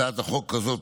הצעת החוק הזאת